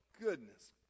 goodness